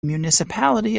municipality